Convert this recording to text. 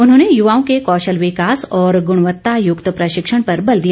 उन्होंने युवाओं के कौशल विकास और गुणवत्ता युक्त प्रशिक्षण पर बल दिया